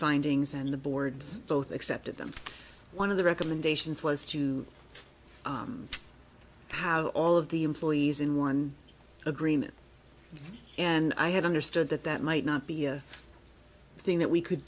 findings and the boards both accepted them one of the recommendations was to have all of the employees in one agreement and i had understood that that might not be a thing that we could